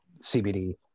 cbd